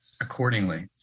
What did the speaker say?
accordingly